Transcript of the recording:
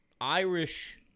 Irish